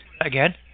Again